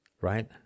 right